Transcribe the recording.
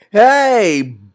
Hey